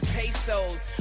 Pesos